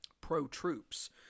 pro-troops